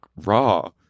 raw